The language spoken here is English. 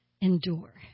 endure